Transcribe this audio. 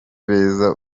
beza